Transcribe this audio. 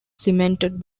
cemented